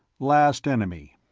last enemy